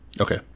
Okay